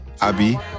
Abi